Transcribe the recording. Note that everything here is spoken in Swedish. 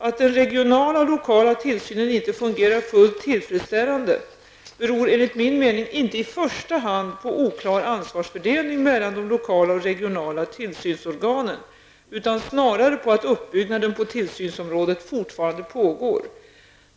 Att den regionala och lokala tillsynen inte fungerar fullt tillfredsställande beror enligt min mening inte i första hand på en oklar ansvarsfördelning mellan de lokala och regionala tillsynsorganen, utan snarare på att uppbyggnaden på tillsynsområdet fortfarande pågår.